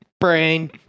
Brain